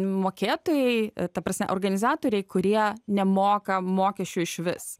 mokėtojai ta prasme organizatoriai kurie nemoka mokesčių išvis